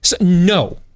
No